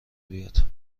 بیاد